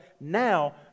now